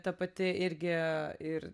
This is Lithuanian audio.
ta pati irgi ir